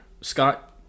Scott